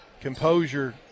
composure